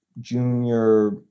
Junior